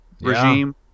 regime